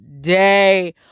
day